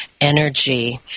energy